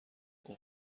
اون